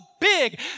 big